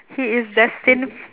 he is destined